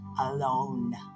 alone